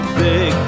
big